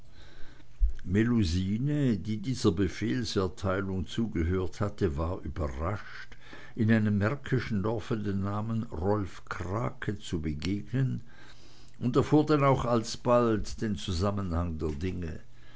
melusine die dieser befehlserteilung zugehört hatte war überrascht in einem märkischen dorfe dem namen rolf krake zu begegnen und erfuhr denn auch alsbald den zusammenhang der dinge